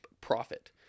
profit